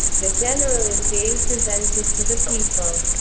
the general is being presented to the people.